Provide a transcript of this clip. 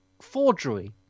forgery